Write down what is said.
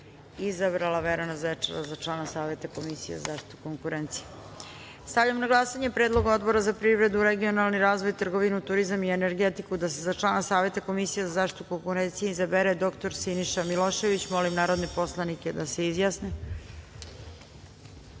izabrala Verana Zečara za člana Saveta Komisije za zaštitu konkurencije.4) Stavljam na glasanje Predlog Odbora za privredu, regionalni razvoj, trgovinu, turizam i energetiku da se za člana Saveta Komisije za zaštitu konkurencije izabere dr Siniša Milošević. Molim narodne poslanike da se